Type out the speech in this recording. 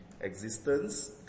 Existence